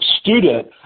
student